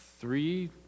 Three